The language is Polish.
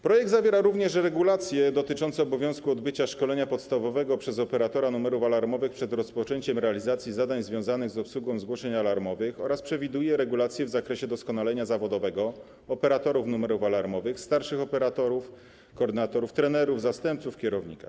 Projekt zawiera również regulacje dotyczące obowiązku odbycia szkolenia podstawowego przez operatora numerów alarmowych przed rozpoczęciem realizacji zadań związanych z obsługą zgłoszeń alarmowych oraz przewiduje regulacje w zakresie doskonalenia zawodowego operatorów numerów alarmowych, starszych operatorów, koordynatorów-trenerów, zastępców kierownika.